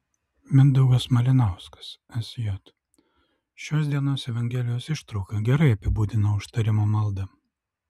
mindaugas malinauskas sj šios dienos evangelijos ištrauka gerai apibūdina užtarimo maldą